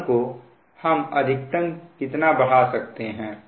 δ1 को हम अधिकतम कितना बढ़ा सकते हैं